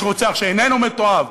יש רוצח שאיננו מתועב?